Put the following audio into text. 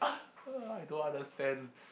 I don't understand